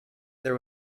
there